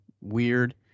weird